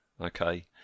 Okay